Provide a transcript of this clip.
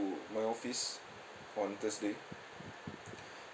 my office on thursday